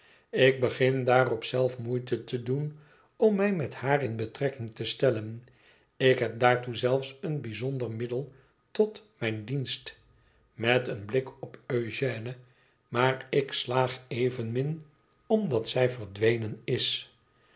ik begin daarop zelf moeite te doen om mij met haar in betrekking te stellen ik heb daartoe zelfe een bijzonder middel tot mijn dienst met een blik op eugène maar ik slaag evenmin omdat zij verdwenen is